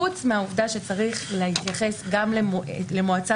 חוץ מהעובדה שצריך להתייחס גם למועצה